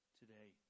today